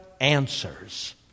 answers